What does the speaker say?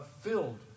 filled